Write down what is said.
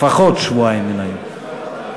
לפחות שבועיים מהיום.